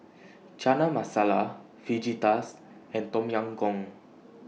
Chana Masala Fajitas and Tom Yam Goong